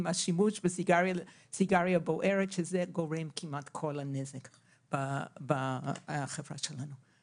השימוש בסיגריה בוערת שגורמת כמעט לכל הנזק בחברה שלנו.